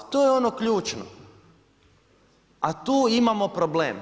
To je ono ključno, a tu imamo problem.